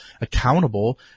accountable